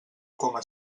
coma